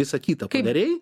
visa kita padarei